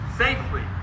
safely